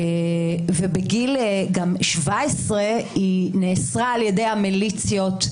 ובגיל 17 היא נאסרה על ידי המליציות,